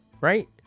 right